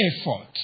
effort